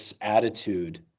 attitude